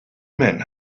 men